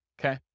okay